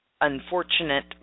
unfortunate